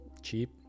cheap